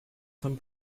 von